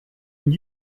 and